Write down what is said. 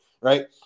Right